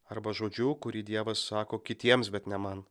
arba žodžiu kurį dievas sako kitiems bet ne man